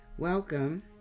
Welcome